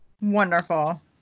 Wonderful